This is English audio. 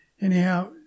Anyhow